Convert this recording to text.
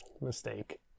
mistake